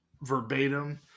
verbatim